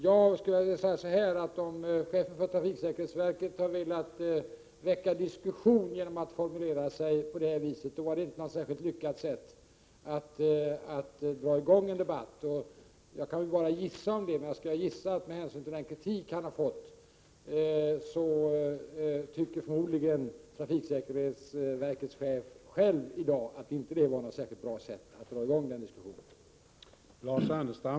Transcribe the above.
Jag skulle vilja säga så här: Om chefen för trafiksäkerhetsverket har velat väcka diskussion genom att formulera sig på det här viset, var det inte något särskilt lyckat sätt att dra i gång en debatt. Jag kan bara gissa, men med hänsyn till den kritik han har fått tycker förmodligen trafiksäkerhetsverkets chef själv i dag att det inte var något särskilt bra sätt att dra i gång diskussionen.